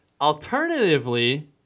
Alternatively